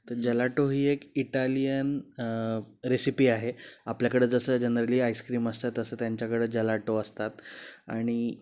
तर जलाटो ही एक इटालियन रेसिपी आहे आपल्याकडं जसं जनरली आइस्क्रीम असतात तसं त्यांच्याकडं जलाटो असतात आणि